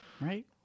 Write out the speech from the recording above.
Right